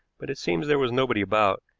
but it seems there was nobody about,